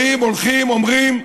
באים, הולכים, אומרים,